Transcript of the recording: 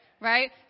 right